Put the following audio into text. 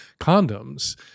condoms